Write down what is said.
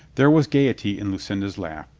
there was gaiety in lucinda's laugh.